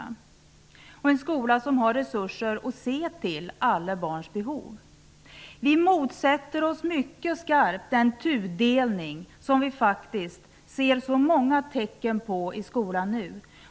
Det skall vara en skola som har resurser att se till alla barns behov. Vi motsätter oss mycket skarpt den tudelning som vi nu ser många tecken på i skolan.